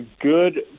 good